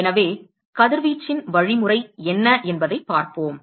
எனவே கதிர்வீச்சின் வழிமுறை என்ன என்பதைப் பார்ப்போம்